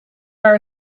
are